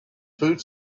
food